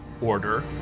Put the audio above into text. Order